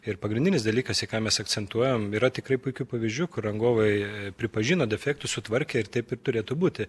ir pagrindinis dalykas į ką mes akcentuojam yra tikrai puikių pavyzdžių kur rangovai pripažino defektus sutvarkė ir taip ir turėtų būti